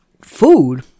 food